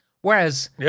Whereas